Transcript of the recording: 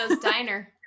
diner